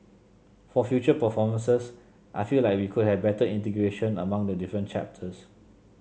for future performances I feel like we could have better integration among the different chapters